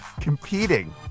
competing